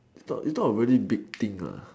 it's not it's not a really big thing uh